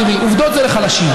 תראי: עובדות זה לחלשים.